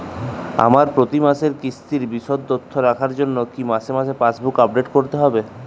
আমার প্রতি মাসের কিস্তির বিশদ তথ্য রাখার জন্য কি মাসে মাসে পাসবুক আপডেট করতে হবে?